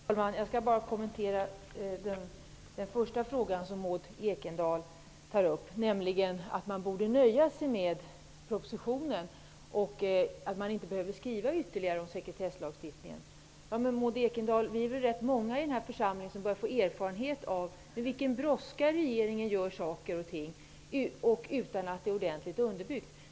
Fru talman! Jag skall bara kommentera den första frågan som Maud Ekendahl tar upp, nämligen att vi borde nöja oss med propositionen och att vi inte behöver skriva något mer om sekretesslagstiftningen. Men, Maud Ekendahl, vi är rätt många i den här församlingen som börjar få erfarenhet av med vilken brådska regeringen gör saker och ting, utan att åtgärderna är ordentligt underbyggda.